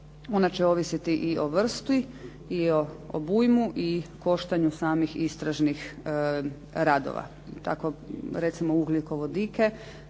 ona će ovisiti i o vrsti, i o obujmu i koštanju samih istražnih radova. Tako recimo ugljikovodike